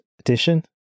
edition